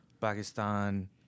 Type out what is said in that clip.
Pakistan